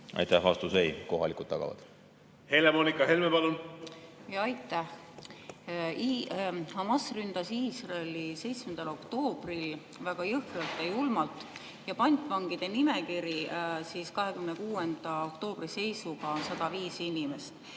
Aitäh! Vastus: ei, kohalikud tagavad. Helle-Moonika Helme, palun! Aitäh! Hamas ründas Iisraeli 7. oktoobril väga jõhkralt ja julmalt. Pantvangide nimekirjas oli 26. oktoobri seisuga 105 inimest.